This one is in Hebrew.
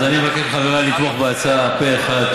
אז אני מבקש מחבריי לתמוך בהצעה פה אחד.